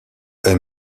est